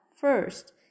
first